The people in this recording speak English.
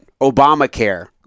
Obamacare